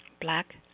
black